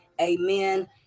amen